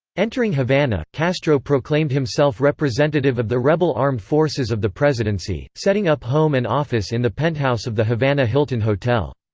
entering havana, castro proclaimed himself representative of the rebel armed forces of the presidency, setting up home and office in the penthouse of the havana hilton hotel.